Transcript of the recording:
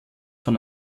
von